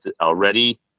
already